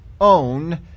own